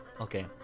okay